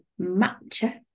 matcha